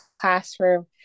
classroom